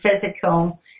physical